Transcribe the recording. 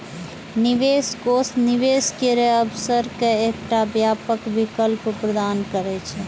निवेश कोष निवेश केर अवसर के एकटा व्यापक विकल्प प्रदान करै छै